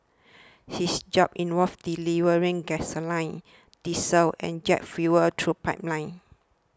his job involved delivering gasoline diesel and jet fuel through pipelines